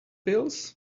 pills